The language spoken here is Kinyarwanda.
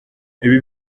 ibi